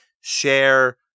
share